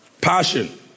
passion